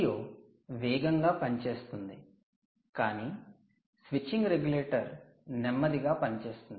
LDO వేగంగా పని చేస్తుంది కాని స్విచ్చింగ్ రెగ్యులేటర్ నెమ్మదిగా పని చేస్తుంది